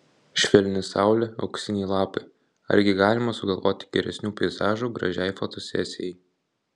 švelni saulė auksiniai lapai argi galima sugalvoti geresnių peizažų gražiai fotosesijai